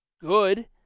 good